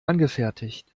angefertigt